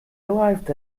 arrived